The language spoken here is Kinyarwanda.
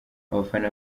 abafana